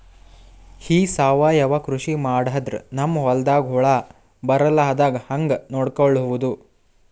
ಈ ಸಾವಯವ ಕೃಷಿ ಮಾಡದ್ರ ನಮ್ ಹೊಲ್ದಾಗ ಹುಳ ಬರಲಾರದ ಹಂಗ್ ನೋಡಿಕೊಳ್ಳುವುದ?